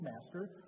master